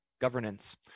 governance